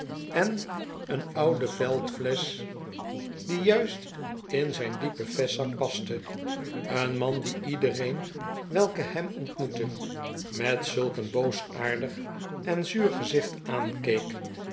en een oude veldvlesch die juist in zijn diepen vestzak paste een man die iedereen welke hem ontmoette met zulk een boosaardig en zuur gezicht aankeek